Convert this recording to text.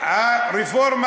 (חבר הכנסת אורן אסף חזן יוצא מאולם המליאה.) הרפורמה